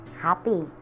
Happy